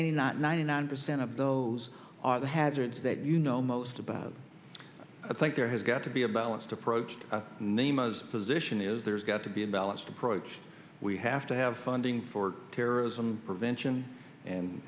then not ninety nine percent of those are the hazards that you know most about i think there has got to be a balanced approach the name of position is there's got to be a balanced approach we have to have funding for terrorism prevention